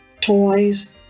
Toys